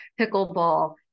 pickleball